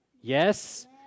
Yes